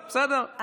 מקובל, בסדר.